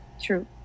true